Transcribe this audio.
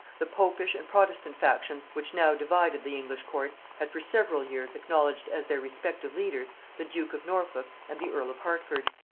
the popish and protestant factions which now divided the english court, had for several years acknowledged as their respective leaders the duke of norfolk and the earl of hertford.